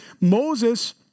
Moses